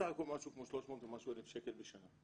בסך הכול מעל 300,000 שקל בשנה,